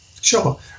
Sure